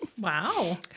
Wow